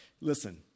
Listen